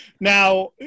Now